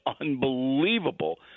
unbelievable